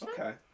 Okay